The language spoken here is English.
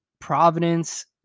Providence